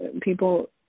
people